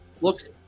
looks